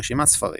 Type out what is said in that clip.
רשימת ספרים